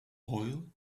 oil